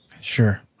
Sure